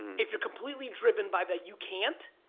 if you're completely driven by that you can't